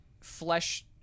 flesh